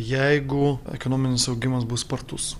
jeigu ekonominis augimas bus spartus